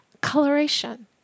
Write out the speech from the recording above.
coloration